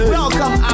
Welcome